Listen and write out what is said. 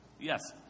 Yes